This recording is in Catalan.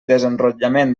desenrotllament